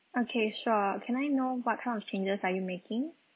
okay sure can I know what kind of changes are you making